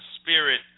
spirit